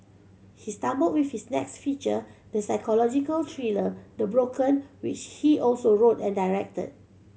he stumbled with his next feature the psychological thriller The Broken which he also wrote and directed